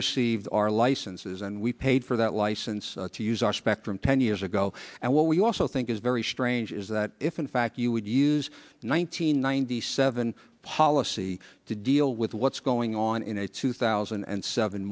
received our licenses and we paid for that license to use our spectrum ten years ago and what we also think is very strange is that if in fact you would use one nine hundred ninety seven policy to deal with what's going on in a two thousand and seven